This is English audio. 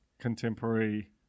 contemporary